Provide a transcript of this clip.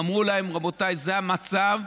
אמרו להם: רבותיי, זה המצב.